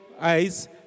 eyes